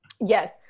yes